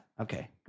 Okay